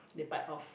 they bite off